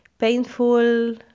painful